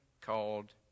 called